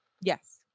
Yes